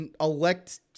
elect